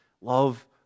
love